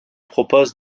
propose